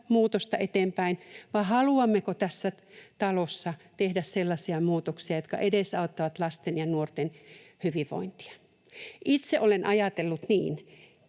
muutosta eteenpäin vai haluammeko tässä talossa tehdä sellaisia muutoksia, jotka edesauttavat lasten ja nuorten hyvinvointia. Itse olen ajatellut niin,